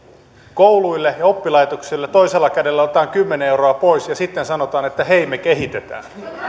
kouluille ja oppilaitoksille toisella kädellä otetaan kymmenen euroa pois ja sitten sanotaan että hei me kehitetään